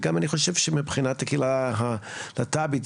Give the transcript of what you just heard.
ואני חושב שמבחינת הקהילה הלהט"בית,